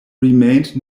remained